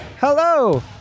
Hello